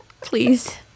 please